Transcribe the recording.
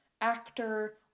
actor